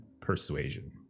persuasion